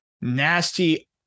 Nasty